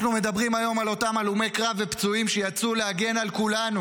אנחנו מדברים היום על אותם הלומי קרב ופצועים שיצאו להגן על כולנו,